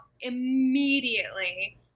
immediately